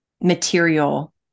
material